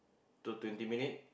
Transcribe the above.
two twenty minute